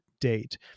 date